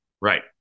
Right